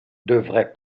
devrait